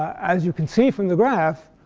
as you can see from the graph,